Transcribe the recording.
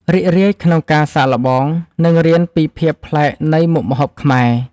រីករាយក្នុងការសាកល្បង និងរៀនពីភាពប្លែកនៃមុខម្ហូបខ្មែរ។